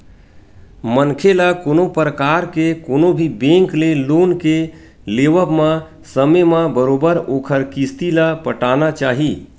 मनखे ल कोनो परकार के कोनो भी बेंक ले लोन के लेवब म समे म बरोबर ओखर किस्ती ल पटाना चाही